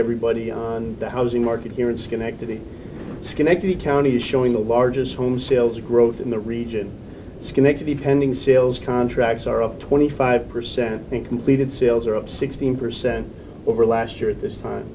everybody on the housing market here in schenectady schenectady county is showing the largest home sales growth in the region schenectady pending sales contracts are up twenty five percent think completed sales are up sixteen percent over last year at this time